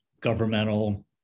governmental